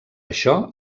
això